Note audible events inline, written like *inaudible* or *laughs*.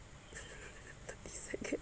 *laughs* thirty second